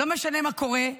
לא משנה מה קורה,